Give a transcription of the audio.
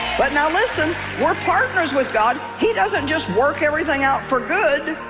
but now listen we're partners with god he doesn't just work everything out for good